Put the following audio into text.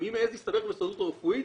שמי מעז להסתבך עם ההסתדרות הרפואית,